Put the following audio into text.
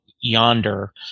Yonder